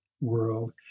world